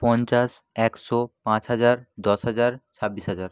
পঞ্চাশ একশো পাঁচ হাজার দশ হাজার ছাব্বিশ হাজার